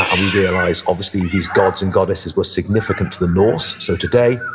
ah and we realize, obviously, these gods and goddesses were significant to the norse so today,